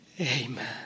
amen